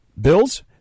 Bills